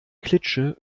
klitsche